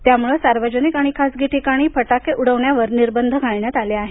त्यामुळं सार्वजनिक आणि खासगी ठिकाणीही फटाके उडवण्यावर निर्बंध घालण्यात आले आहे